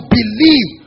believe